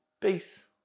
peace